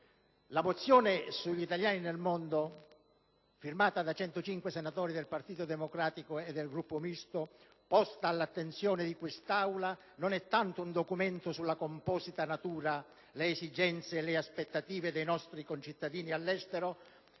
la mozione sugli italiani nel mondo, firmata da 105 senatori del Partito Democratico e del Gruppo Misto, posta all'attenzione di quest'Aula non è tanto un documento sulla composita natura, le esigenze e le aspettative dei nostri concittadini all'estero,